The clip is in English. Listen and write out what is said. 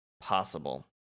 possible